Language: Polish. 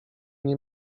nie